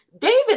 David